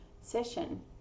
session